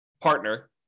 partner